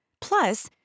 Plus